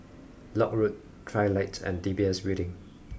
Lock Road Trilight and D B S Building